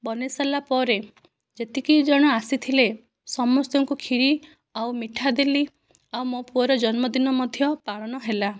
ବନେଇସାରିଲା ପରେ ଯେତିକି ଜଣ ଆସିଥିଲେ ସମସ୍ତଙ୍କୁ କ୍ଷୀରି ଆଉ ମିଠା ଦେଲି ଆଉ ମୋ ପୁଅର ଜନ୍ମଦିନ ମଧ୍ୟ ପାଳନ ହେଲା